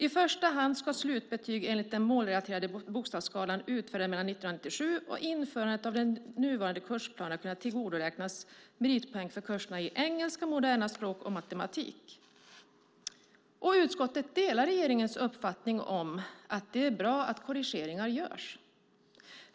I första hand ska slutbetyg enligt den målrelaterade bokstavsskalan utfärdade mellan 1997 och införandet av den nuvarande kursplanen kunna tillgodoräknas meritpoäng i engelska, moderna språk och matematik. Utskottet delar regeringens uppfattning att det är bra att korrigeringar görs.